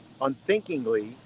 unthinkingly